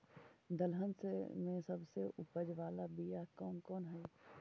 दलहन में सबसे उपज बाला बियाह कौन कौन हइ?